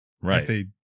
Right